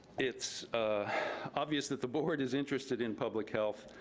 it's obvious that the board is interested in public health,